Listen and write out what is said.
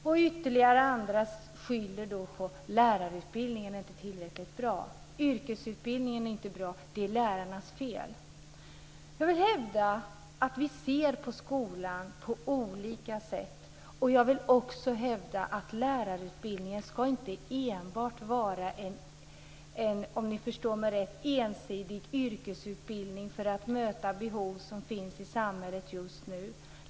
Och ytterligare andra skyller då på att lärarutbildningen inte är tillräckligt bra, yrkesutbildningen är inte bra, och det är lärarnas fel. Jag vill hävda att vi ser på skolan på olika sätt. Jag vill också hävda att lärarutbildningen inte enbart ska vara - om ni förstår mig rätt nu - en ensidig yrkesutbildning för att möta behov som finns i samhället just nu.